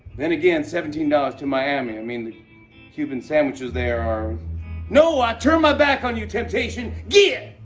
then again, seventeen dollars to miami. i mean, the cuban sandwiches there are no! i turn my back on you, temptation. git!